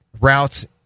routes